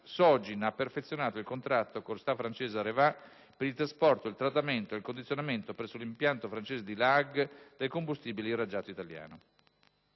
Sogin ha perfezionato il contratto con la Società francese AREVA NC per il trasporto, il trattamento e il condizionamento, presso l'impianto francese di La Hague, del combustibile irraggiato italiano.